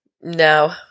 No